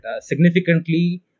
significantly